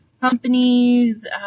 companies